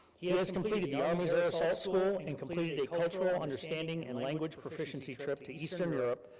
he has completed the army reserve salt school and completed a cultural, understanding, and language proficiency trip to eastern europe,